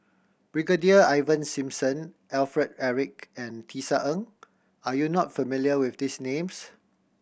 Brigadier Ivan Simson Alfred Eric and Tisa Ng are you not familiar with these names